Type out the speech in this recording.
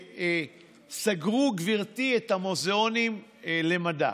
סגרו, גברתי, את המוזיאונים למדע.